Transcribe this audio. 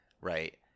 right